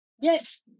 Yes